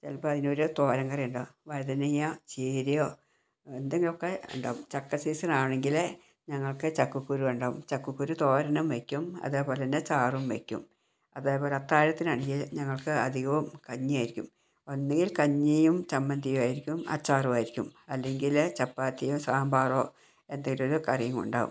ചിലപ്പോൾ അതിനു പകരം തോരൻ കറി ഉണ്ടാവും വഴുതനങ്ങ ചീരയോ എന്തെങ്കിലും ഒക്കെ ഉണ്ടാവും ചക്ക സീസൺ ആണെങ്കിൽ ഞങ്ങൾക്ക് ചക്കക്കുരു ഉണ്ടാവും ചക്കക്കുരു തോരനും വയ്ക്കും അതുപോലെ തന്നെ ചാറും വയ്ക്കും അതേപോലെ അത്താഴത്തിനു ആണെങ്കിൽ ഞങ്ങൾക്ക് അധികവും കഞ്ഞിയായിരിക്കും ഒന്നുകിൽ കഞ്ഞിയും ചമ്മന്തിയും ആയിരിക്കും അച്ചാറും ആയിരിക്കും അല്ലെങ്കിൽ ചപ്പാത്തിയും സാമ്പാറോ എന്തെങ്കിലും ഒരു കറിയും ഉണ്ടാവും